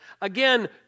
Again